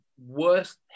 worst